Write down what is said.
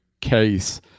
case